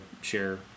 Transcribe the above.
share